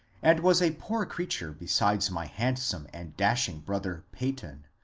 and was a poor creafcure beside my handsome and dashing brother peyton,